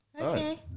Okay